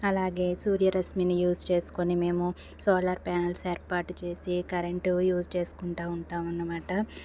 అలాగే సూర్యరశ్మిని యూస్ చేసుకుని మేము సోలార్ ప్యానల్స్ ఏర్పాటు చేసి కరెంటు యూస్ చేసుకుంటా ఉంటాం అన్నమాట